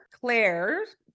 Claire's